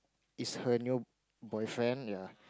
is her new boyfriend ya